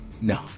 No